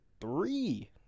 three